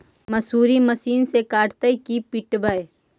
मसुरी मशिन से कटइयै कि पिटबै?